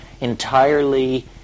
entirely